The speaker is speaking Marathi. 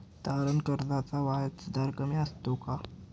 तारण कर्जाचा व्याजदर कमी असतो का?